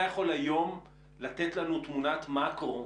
אתה יכול היום לתת לנו תמונת מאקרו